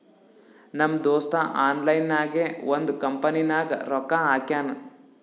ನಮ್ ದೋಸ್ತ ಆನ್ಲೈನ್ ನಾಗೆ ಒಂದ್ ಕಂಪನಿನಾಗ್ ರೊಕ್ಕಾ ಹಾಕ್ಯಾನ್